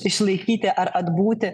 išlaikyti ar atbūti